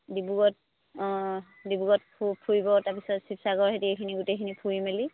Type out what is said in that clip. ডিব্ৰুগড়ত অ ডিব্ৰুগড়ত ফুৰিব তাৰপিছত শিৱসাগৰ সেতি এইখিনি গোটেইখিনি ফুৰি মেলি